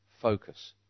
Focus